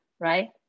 right